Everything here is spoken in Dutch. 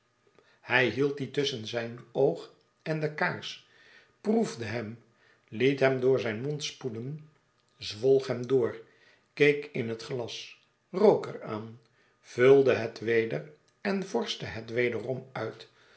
hij hield dien tusschen zijn oog en de kaars proefde hem liet hem door zijn mond spoelen zwolg hem door keek in het glas rook er aan vulde het weder en vorschte het wederom uit